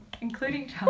including